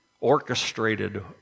orchestrated